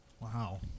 Wow